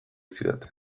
zidaten